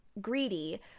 greedy